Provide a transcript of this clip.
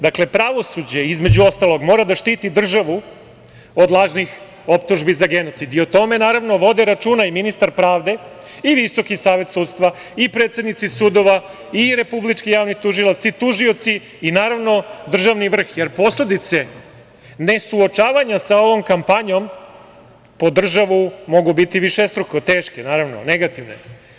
Dakle, pravosuđe, između ostalog, mora da štiti državu od lažnih optužbi za genocid i o tome, naravno, vode računa i ministar pravde i VSS i predsednici sudova i Republički javni tužilac i tužioci i državni vrh, jer posledice nesuočavanja sa ovom kampanjom po državu mogu biti višestruko teške, negativne.